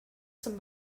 some